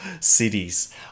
cities